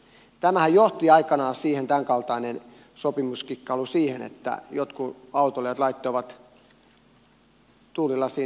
tämänkaltainen sopimuskikkailuhan johti aikanaan siihen että jotkut autoilijat laittoivat tuulilasiin ilmoituksen